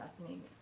happening